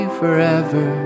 forever